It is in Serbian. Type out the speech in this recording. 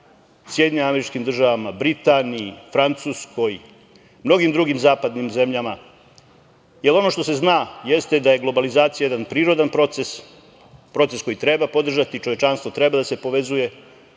u Australiji, SAD, Britaniji, Francuskoj, mnogim drugim zapadnim zemljama. Jer, ono što se zna jeste da je globalizacija jedan priroda proces, proces koji treba podržati, čovečanstvo treba da se povezuje,